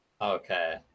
okay